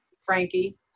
frankie